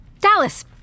Dallas